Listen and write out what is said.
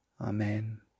Amen